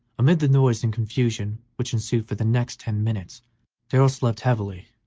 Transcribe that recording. amid the noise and confusion which ensued for the next ten minutes darrell slept heavily,